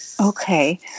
Okay